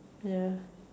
ya